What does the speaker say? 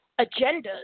agendas